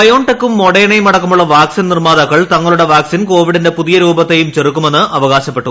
ബയോൺടെകും ്യമാദ്ധേണയും അടക്കമുള്ള വാക്സിൻ നിർമ്മാതാക്കൾ തങ്ങളുടെ വാക്ക്സീൻ കോവിഡിന്റെ പുതിയ രൂപത്തെയും ചെറുക്കുമെന്ന് അവകാശപ്പെട്ടു